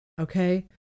Okay